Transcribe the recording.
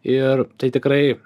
ir tai tikrai